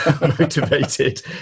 motivated